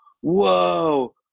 whoa